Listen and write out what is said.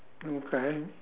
okay